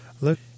Look